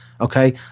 Okay